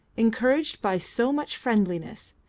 encouraged by so much friendliness,